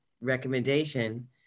recommendation